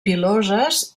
piloses